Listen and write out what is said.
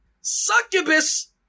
succubus